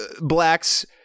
blacks